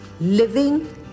living